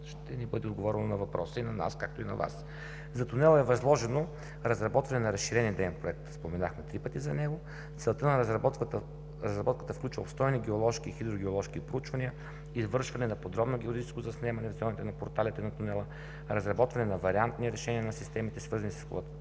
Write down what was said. ще ни бъде отговорено на въпроса на нас, както и на Вас. За тунела е възложено разработване на разширен идеен проект, споменахме три пъти за него. Целта на разработката включва обстойни геоложки и хидрогеоложки проучвания, извършване на подробно геологическо заснемане в зоните на порталите на тунела, разработване на варианти решения на системите, свързани с